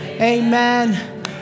Amen